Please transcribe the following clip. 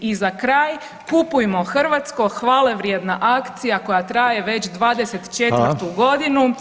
I za kraj „Kupujmo hrvatsko“, hvalevrijedna akcija koja traje već 24. godinu